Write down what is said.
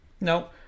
no